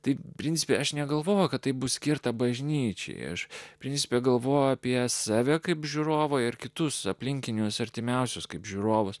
tai principe aš negalvojau kad taip bus skirta bažnyčiai aš principe galvojau apie save kaip žiūrovą ir kitus aplinkinius artimiausius kaip žiūrovas